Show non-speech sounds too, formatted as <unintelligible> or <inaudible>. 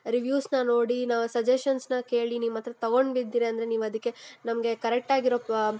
ರಿವ್ಯೂವ್ಸನ್ನ ನೋಡಿ ನಾವು ಸಜೆಷನ್ಸನ್ನ ಕೇಳಿ ನಿಮ್ಮ ಹತ್ರ ತಗೊಂಡು <unintelligible> ನೀವು ಅದಿಕ್ಕೆ ನಮಗೆ ಕರೆಕ್ಟಾಗಿರೋ ಪಾ